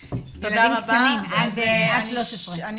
ילדים קטנים עד גיל 13. מקסים.